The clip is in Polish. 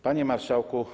Panie Marszałku!